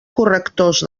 correctors